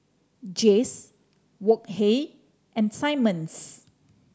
Jays Wok Hey and Simmons